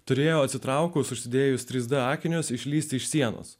turėjo atsitraukus užsidėjus trys d akinius išlįsti iš sienos